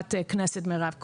חברת הכנסת מירב כהן,